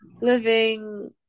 living